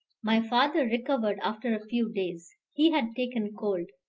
my father recovered after a few days he had taken cold,